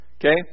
Okay